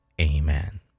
Amen